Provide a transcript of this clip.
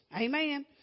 Amen